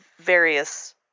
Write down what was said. various